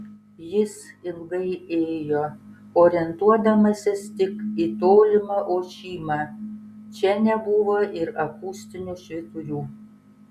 jis ilgai ėjo orientuodamasis tik į tolimą ošimą čia nebuvo ir akustinių švyturių